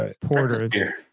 porter